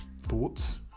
thoughts